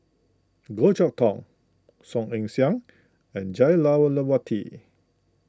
Goh Chok Tong Song Ong Siang and Jah Lelawati